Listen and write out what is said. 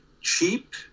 cheap